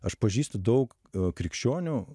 aš pažįstu daug krikščionių